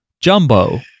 Jumbo